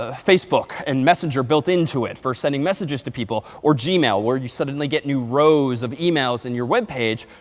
ah facebook and messenger built into it for sending messages to people or gmail, where you suddenly get new rows of emails and your web page,